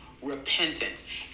Repentance